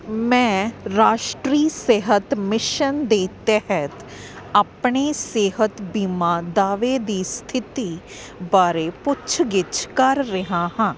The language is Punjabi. ਮੈਂ ਰਾਸ਼ਟਰੀ ਸਿਹਤ ਮਿਸ਼ਨ ਦੇ ਤਹਿਤ ਆਪਣੇ ਸਿਹਤ ਬੀਮਾ ਦਾਅਵੇ ਦੀ ਸਥਿਤੀ ਬਾਰੇ ਪੁੱਛ ਗਿੱਛ ਕਰ ਰਿਹਾ ਹਾਂ